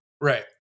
Right